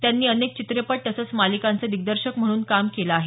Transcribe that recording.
त्यांनी अनेक चित्रपट तसंच मालिकांचे दिग्दर्शक म्हणून काम केलं आहे